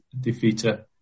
defeater